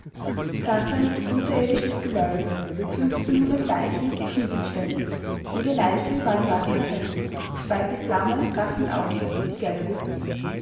krachend unterirdisches gewölbe fünfzehnhundert leichen tiefentstellt jede leiche war ein wackrer held speit die flamme rasselnd aus die gelbe